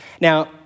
Now